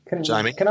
Jamie